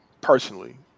personally